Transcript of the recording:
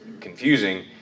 confusing